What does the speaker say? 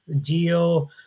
geo